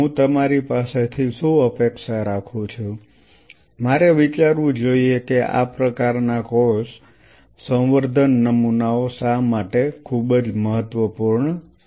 હું તમારી પાસેથી શું અપેક્ષા રાખું છું મારે વિચારવું જોઈએ કે આ પ્રકારના કોષ સંવર્ધન નમૂનાઓ શા માટે ખૂબ જ મહત્વપૂર્ણ છે